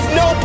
no